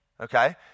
okay